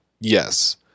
Yes